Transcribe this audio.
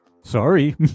Sorry